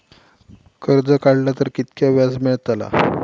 कर्ज काडला तर कीतक्या व्याज मेळतला?